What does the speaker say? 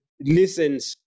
listens